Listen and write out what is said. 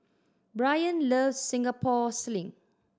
Brian loves Singapore Sling